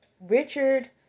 Richard